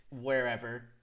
wherever